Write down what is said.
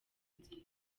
nziza